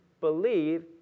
believe